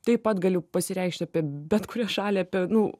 taip pat galiu pasireikšt apie bet kurią šalį apie nu